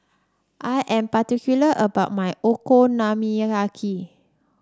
I am particular about my Okonomiyaki